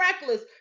reckless